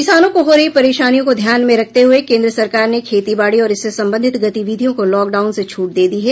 किसानों को हो रही परेशानियों को ध्यान में रखते हुए केंद्र सरकार ने खेती बाड़ी और इससे संबंधित गतिविधियों को लॉकडाउन से छूट दे दी है